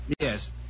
Yes